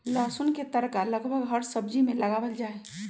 लहसुन के तड़का लगभग हर सब्जी में लगावल जाहई